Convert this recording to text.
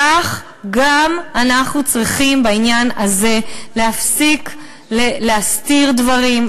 כך גם אנחנו צריכים בעניין הזה להפסיק להסתיר דברים,